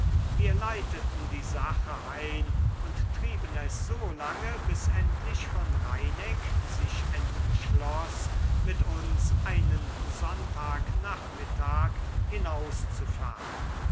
wir leiteten die sache ein und trieben es so lange bis endlich von reineck sich entschloß mit uns einen sonntagnachmittag hinauszufahren